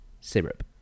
syrup